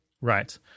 right